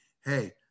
hey